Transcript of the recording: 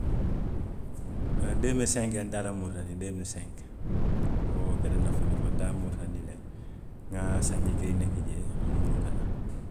Deemili senki loñiŋ n taata muritanii deemili senki, wo le keta n a finti foloo ti, n ŋa sanji kiliŋ ne ki jee, n muruuta naŋ